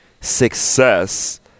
success